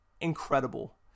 incredible